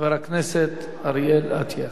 חבר הכנסת אריאל אטיאס.